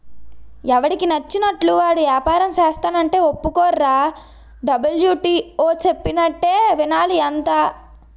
ఎవడికి నచ్చినట్లు వాడు ఏపారం సేస్తానంటే ఒప్పుకోర్రా డబ్ల్యు.టి.ఓ చెప్పినట్టే వినాలి అంతా